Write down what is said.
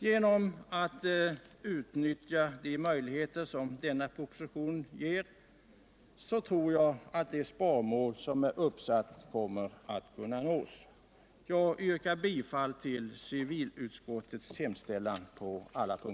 Genom att utnyttja de möjligheter som denna proposition ger, så tror jag att det uppsatta sparmålet kommer att kunna uppnås. Jag yrkar bifall till civilutskottets hemställan på alla punkter.